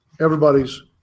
everybody's